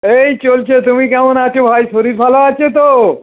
এই চলছে তুমি কেমন আছো ভাই শরীর ভালো আছে তো